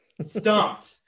Stumped